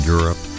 Europe